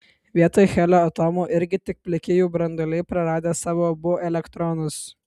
vietoj helio atomų irgi tik pliki jų branduoliai praradę savo abu elektronus